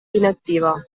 inactiva